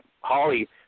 Holly